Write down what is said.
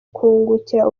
kungukira